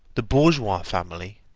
the bourgeois family,